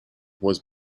was